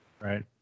Right